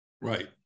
right